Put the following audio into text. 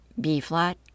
B-flat